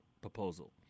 proposal